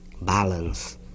balance